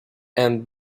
and